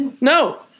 No